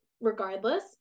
regardless